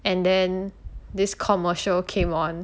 and then this commercial came on